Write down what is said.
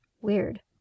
Weird